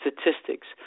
statistics